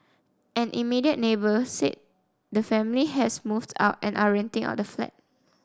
an immediate neighbour said the family has moved out and are renting out the flat